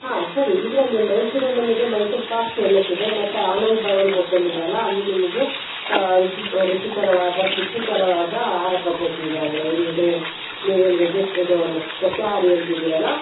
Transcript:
ಹಾಂ ಸರಿ ಇದರಲ್ಲಿ ಮೈಸೂರಲ್ಲಿ ನಿಮಗೆ ಮೈಸೂರ್ ಪಾಕ್ ಫೇಮಸ್ ಇದೆ ಮತ್ತು ಆನಂದ್ ಭವನ್ ಹೋಟೆಲ್ ಇದೆ ಅಲ್ವಾ ಅಲ್ಲಿ ನಿಮಗೆ ರುಚಿ ರುಚಿಕರವಾದ ಶುಚಿಕರವಾದ ಆಹಾರ ಪದ್ಧತಿ ಇದೆ ಅಂದರೆ ಏನು ಹೇಳಿ ನೀವು ಏನು ವೆಜಿಟ್ ಇದು ಸಸ್ಯಹಾರಿ ಅಂತಿದ್ದೀರಲಾ